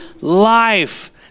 life